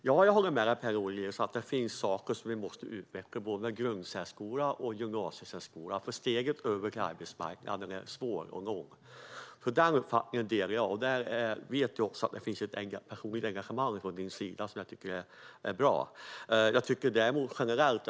Herr talman! Ja, Per Lodenius, jag håller med dig om att det finns sådant som vi måste utveckla vad gäller både grundsärskola och gymnasiesärskola, för steget över till arbetsmarknaden är svårt att ta. Här delar jag din uppfattning, och jag uppskattar ditt engagemang.